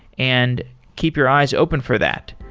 and keep your eyes open for that.